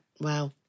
Wow